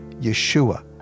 Yeshua